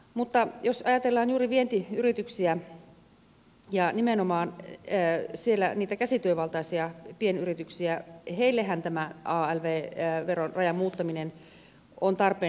mutta jos ajatellaan juuri vientiyrityksiä ja nimenomaan siellä niitä käsityövaltaisia pienyrityksiä niin heillehän tämä alv veron rajan muuttaminen on tarpeen